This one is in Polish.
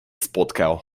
spotkał